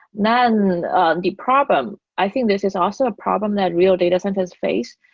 then the problem i think this is also a problem that real data centers face,